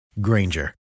Granger